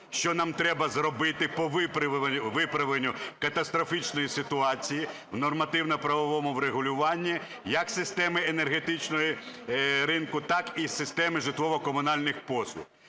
що нам треба зробити по виправленню катастрофічної ситуації у нормативно-правовому врегулюванні як системи енергетичного ринку, так і системи житлово-комунальних послуг.